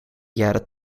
jaren